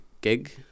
gig